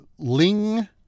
Ling